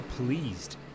pleased